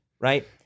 right